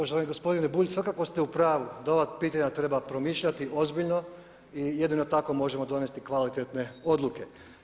Poštovani gospodine Bulj svakako ste u pravu da ova pitanja treba promišljati ozbiljno i jedino tako možemo donijeti kvalitetne odluke.